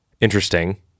Interesting